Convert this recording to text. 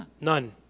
none